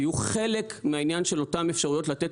תהיו חלק מהעניין של אותן אפשרויות לתת